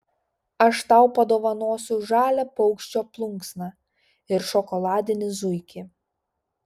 aš tau padovanosiu žalią paukščio plunksną ir šokoladinį zuikį